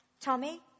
Tommy